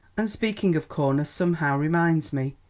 and speaking of corners somehow reminds me,